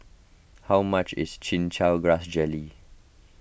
how much is Chin Chow Grass Jelly